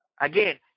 Again